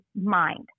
mind